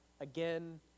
again